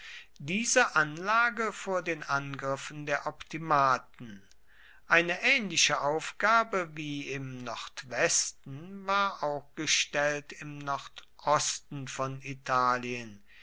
diese anlage vor den angriffen der optimaten eine ähnliche aufgabe wie im nordwesten war auch gestellt im nordosten von italien